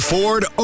Ford